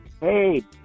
Hey